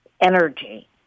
energy